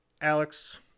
Alex